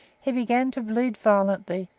he began to bleed violently,